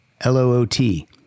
L-O-O-T